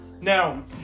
Now